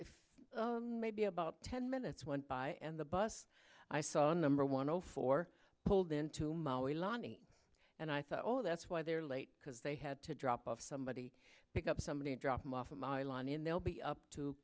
if maybe about ten minutes went by and the bus i saw a number one o four pulled into maui loni and i thought oh that's why they're late because they had to drop off somebody pick up somebody drop them off of my lawn in they'll be up to